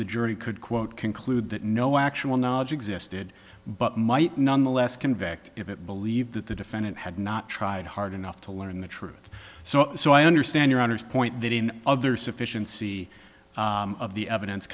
the jury could quote conclude that no actual knowledge existed but might nonetheless convict if it believed that the defendant had not tried hard enough to learn the truth so so i understand your honour's point that in other sufficiency of the evidence